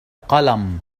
قلم